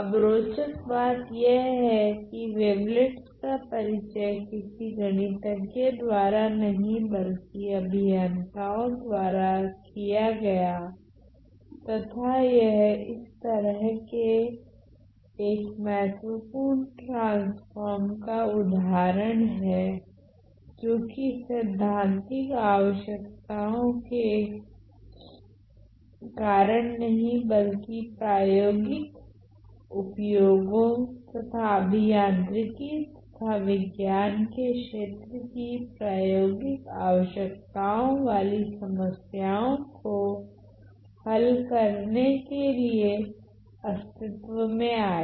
अब रोचक बात यह है की वेवलेट्स का परिचय किसी गणितज्ञ द्वारा नहीं बल्कि अभियंताओ द्वारा किया गया तथा यह इस तरह के एक महत्वपूर्ण ट्रांसफोर्म का उदाहरण है जो कि सैद्धान्तिक आवश्यकताओ के कारण नहीं बल्कि प्रयोगिक उपयोगों तथा अभियांत्रिकी तथा विज्ञान के क्षेत्र कि प्रयोगिक आवश्यकताओ वाली समस्याओ को हल करने के लिए अस्तित्व में आया